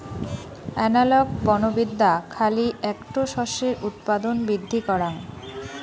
analogue বনবিদ্যা খালি এ্যাকটো শস্যের উৎপাদন বৃদ্ধি করাং